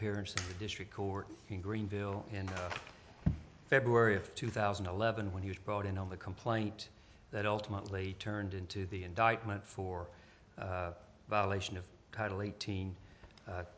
appearance the district court in greenville and february of two thousand and eleven when he was brought in on the complaint that ultimately turned into the indictment for violation of title eighteen